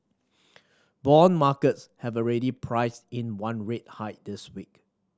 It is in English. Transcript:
bond markets have already priced in one rate hike this week